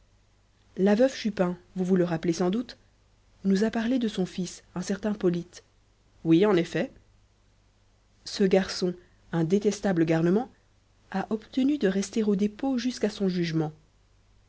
la veuve chupin vous vous le rappelez sans doute nous a parlé de son fils un certain polyte oui en effet ce garçon un détestable garnement a obtenu de rester au dépôt jusqu'à son jugement